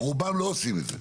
רובם לא עושים את זה.